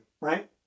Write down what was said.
right